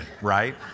right